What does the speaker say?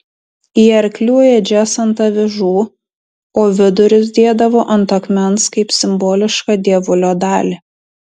į arklių ėdžias ant avižų o vidurius dėdavo ant akmens kaip simbolišką dievulio dalį